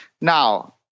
Now